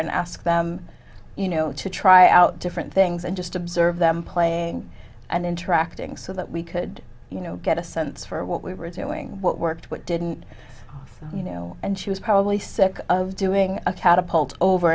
and ask them you know to try out different things and just observe them playing and interacting so that we could you know get a sense for what we were doing what worked what didn't you know and she was probably sick of doing a catapult over